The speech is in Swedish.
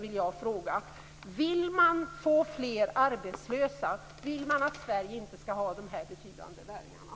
Vill regeringen få fler arbetslösa? Vill den inte att Sverige skall ha de här betydande näringarna?